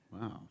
Wow